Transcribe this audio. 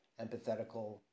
empathetical